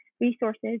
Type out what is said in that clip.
resources